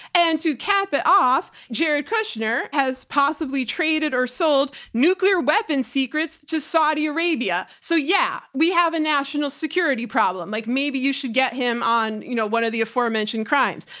and to cap it off, jared kushner has possibly traded or sold nuclear weapon secrets to saudi arabia. so yeah, we have a national security problem. like maybe you should get him on, you know, one of the aforementioned crimes.